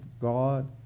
God